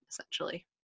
essentially